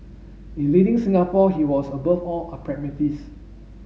in leading Singapore he was above all a pragmatist